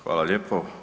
Hvala lijepo.